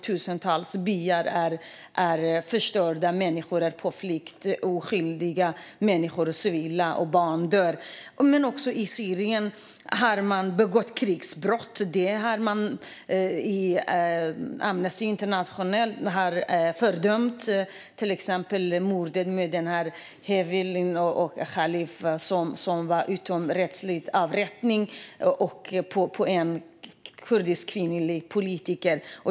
Tusentals byar är förstörda, och människor är på flykt. Oskyldiga människor, civila och barn, dör. I Syrien har man också begått krigsbrott. Amnesty International har till exempel fördömt den utomrättsliga avrättningen av den kurdiska kvinnliga politikern Hevrin Khalaf.